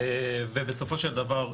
19 ובסופו של דבר,